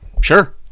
Sure